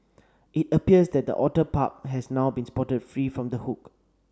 it appears that the otter pup has now been spotted free from the hook